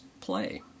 play